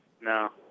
No